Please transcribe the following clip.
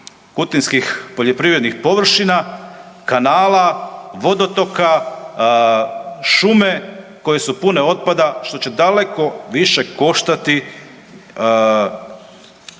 kutinskih poljoprivrednih površina, kanala, vodotoka, šume koje su pune otpada što će daleko više koštati